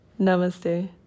Namaste